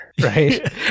Right